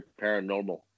paranormal